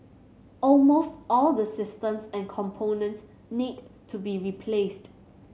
almost all the systems and components need to be replaced